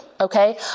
Okay